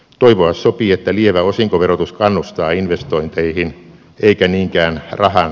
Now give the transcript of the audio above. toivoa sopii että lievä osinkoverotus kannustaa investointeihin eikä niinkään rahan